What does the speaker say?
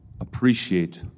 appreciate